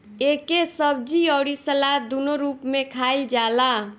एके सब्जी अउरी सलाद दूनो रूप में खाईल जाला